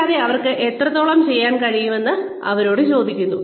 കൂടാതെ അവർക്ക് എത്രത്തോളം ചെയ്യാൻ കഴിഞ്ഞുവെന്ന് അവരോട് ചോദിക്കുന്നു